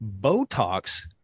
botox